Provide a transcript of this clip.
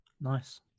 Nice